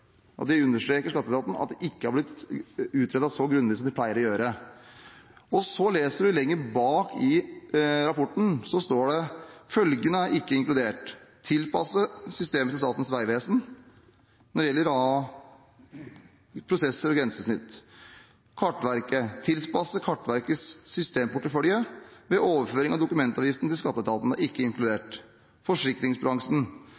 Skatteetaten understreker at det ikke er blitt utredet så grundig som de pleier å gjøre. Og så leser man lenger bak i rapporten, der det står at følgende ikke er inkludert: Tilpasse systemet til Statens vegvesen – når det gjelder prosesser og grensesnitt. Kartverket: Tilpasse Kartverkets systemportefølje ved overføring av dokumentavgiften til skatteetaten – det er ikke inkludert. Forsikringsbransjen: